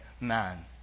man